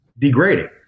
degrading